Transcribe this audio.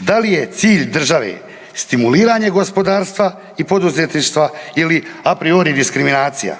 da li je cilj države stimuliranje gospodarstva i poduzetništva ili a priori diskriminacija?